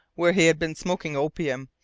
where he had been smoking opium.